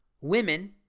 women